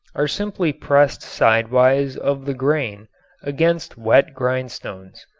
are simply pressed sidewise of the grain against wet grindstones.